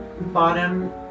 bottom